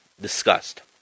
discussed